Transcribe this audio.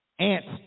Ants